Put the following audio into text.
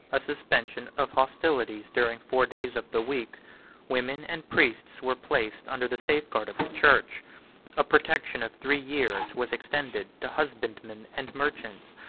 a suspension of hostilities during four days of the week women and priests were placed under the safeguard of the church a protection of three years was extended to husbandmen and merchants,